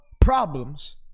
problems